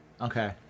Okay